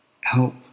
help